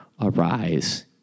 arise